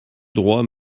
droit